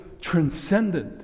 transcendent